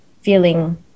feeling